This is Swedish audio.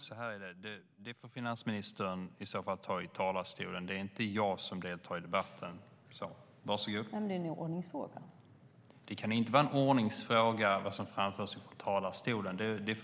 Herr talman! Jag tycker att påståendet gränsar till .(FÖRSTE VICE TALMANNEN: Det får finansministern i så fall ta upp i talarstolen.